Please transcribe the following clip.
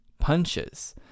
punches